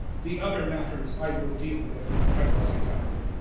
the other matters i will deal with whenever i come.